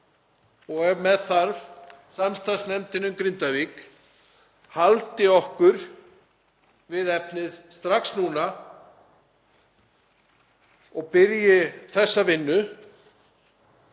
og ef með þarf samstarfsnefndin um Grindavík haldi okkur við efnið strax núna og byrji þessa vinnu